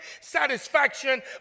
satisfaction